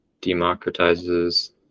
democratizes